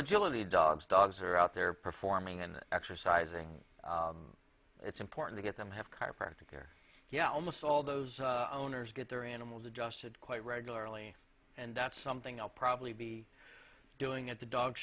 agility dogs dogs are out there performing and exercising it's important to get them have chiropractor care yeah almost all those owners get their animals adjusted quite regularly and that's something i'll probably be doing at the dog